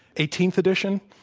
eighteenth edition?